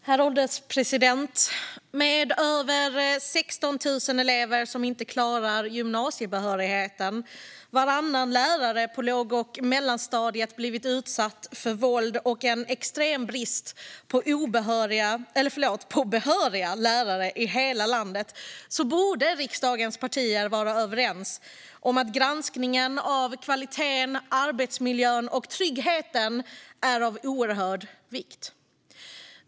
Herr ålderspresident! Med över 16 000 elever som inte klarar gymnasiebehörigheten, när varannan lärare på låg och mellanstadiet har blivit utsatt för våld och med en extrem brist på behöriga lärare i hela landet borde riksdagens partier vara överens om att granskningen av kvaliteten, arbetsmiljön och tryggheten är av oerhörd vikt.